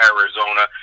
Arizona